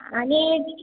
आणि